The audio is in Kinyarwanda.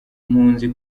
impunzi